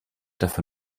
dafür